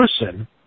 person